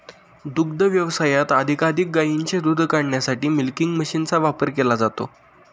दुग्ध व्यवसायात अधिकाधिक गायींचे दूध काढण्यासाठी मिल्किंग मशीनचा वापर केला जातो